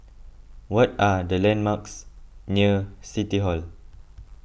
what are the landmarks near City Hall